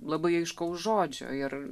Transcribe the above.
labai aiškaus žodžio ir